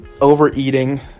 overeating